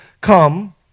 come